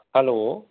hello